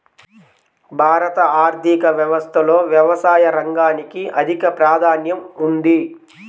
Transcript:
భారత ఆర్థిక వ్యవస్థలో వ్యవసాయ రంగానికి అధిక ప్రాధాన్యం ఉంది